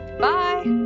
bye